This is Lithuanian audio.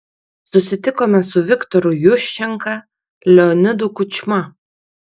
susitikome su viktoru juščenka leonidu kučma